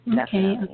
okay